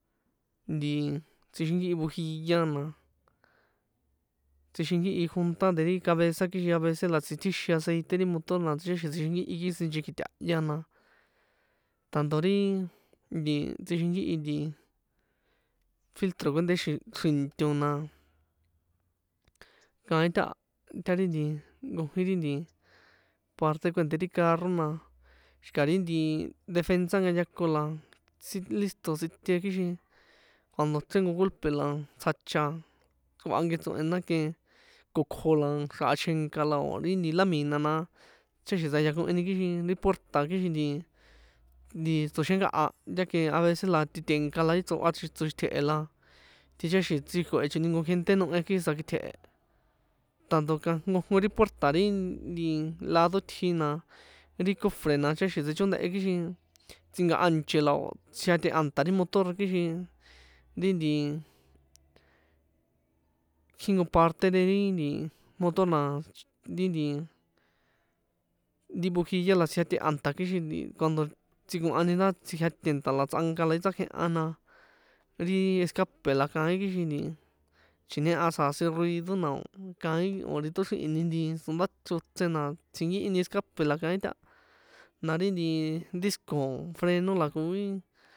Nti tsꞌixinkihi bujilla na, tsꞌixinkihi junta de ri cabeza, kixin avece la tsitjixin aceite ri motor na, ticháxi̱n tsixinkihi kixin sinchekji̱tahya, na tanto ri nti tsixinkihi nti filtro kuènṭe xi̱ xri̱nto na kaín, ta, ta ri nti nkojín ri nti parte kuènṭé ti carro, na xi̱ka̱ ri nti defensa nkayakon la tsi listo tsꞌite kixin cuando chren nko golpe la tsjacha, na koha nke tsꞌohe, nda nke kokjo la xra̱ha chjenka, la o̱ ri nti lamina na ticháxi̱n tsꞌayakoheni kixin ri puerta, kixin nti, nti tsoxenkaha, ya ke avece la tite̱nka la í chroha tsoxi tsoxitje̱he̱, la ticháxi̱n tsjiko̱he choni nko gente nohe kixin tsakitje̱he̱, tanto ka nkojnko ri puerta ri nti lado tji, na ri cofre na ticháxi̱n tsechondehe kixin tsꞌinkaha nche, la o̱ tsjiateha nṭa̱ ri motor kixin ri nti kji nko parte de ri nti motor na ri nti ri bujilla la tsjiateha nṭa̱, kixin nti cuando tsikohani ndá tsikiate inṭa̱ la tsꞌanka la í tsꞌakjehan, na ri escape, la kaín kixin nti chji̱ñeha tsjasin na o̱ kaín o̱ ri ṭoxrihini nti tsondáchro tsén na tsjinkihini escape la kaín taha. Na ri nti disco freno la koi.